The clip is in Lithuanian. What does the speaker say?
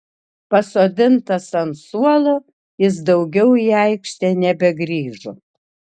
pasodintas ant suolo jis daugiau į aikštę nebegrįžo